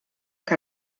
que